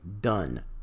done